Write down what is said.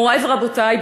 מורי ורבותי,